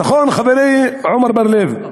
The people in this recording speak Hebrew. נכון, חברי עמר בר-לב?